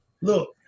Look